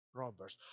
robbers